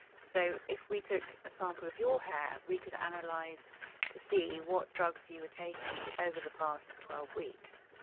so if we took a sample of your hair we could and analyse to see what drugs you were taking over the past twelve weeks.